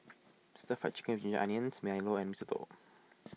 Stir Fry Chicken with Ginger Onions Milo and Mee Soto